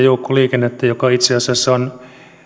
joukkoliikennettä joka itse asiassa on